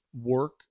work